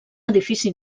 edifici